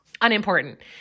Unimportant